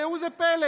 ראו זה פלא,